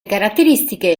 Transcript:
caratteristiche